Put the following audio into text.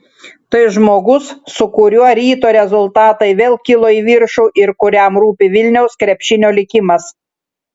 tai žmogus su kuriuo ryto rezultatai vėl kilo į viršų ir kuriam rūpi vilniaus krepšinio likimas